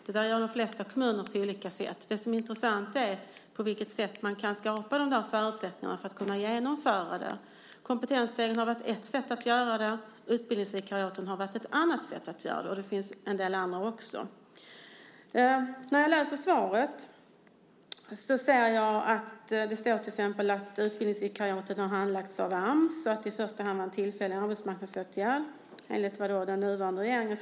Det sker i de flesta kommuner på olika sätt. Det intressanta är på vilket sätt man kan skapa förutsättningar för att kunna genomföra den. Kompetensstegen har varit ett sådant sätt, utbildningsvikariaten ett annat. Det finns ytterligare en del sätt. I svaret sägs bland annat att utbildningsvikariaten handlagts av Ams och att de i första hand var en tillfällig arbetsmarknadsåtgärd, enligt den nuvarande regeringen.